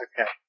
Okay